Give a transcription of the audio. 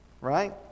right